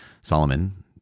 Solomon